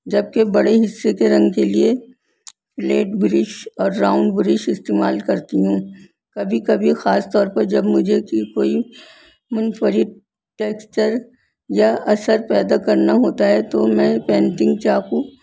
جبکہ بڑے حصے کے رنگ کے لیے فلیٹ برش اور راؤنڈ برش استعمال کرتی ہوں کبھی کبھی خاص طور پر جب مجھے کی کوئی منفرد ٹیکسچر یا اثر پیدا کرنا ہوتا ہے تو میں پینٹنگ چاقو